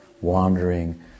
wandering